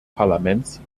parlaments